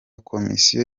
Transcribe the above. komisiyo